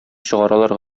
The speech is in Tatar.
чыгаралар